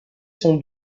sont